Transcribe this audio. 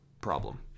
problem